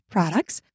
Products